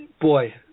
Boy